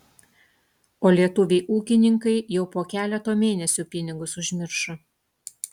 o lietuviai ūkininkai jau po keleto mėnesių pinigus užmiršo